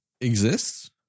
exists